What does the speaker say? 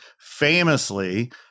famously